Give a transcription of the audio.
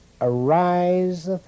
arise